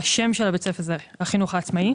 השם של בית הספר זה החינוך העצמאי,